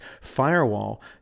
firewall